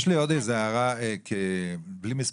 יש לי עוד הערה בלי מספרים.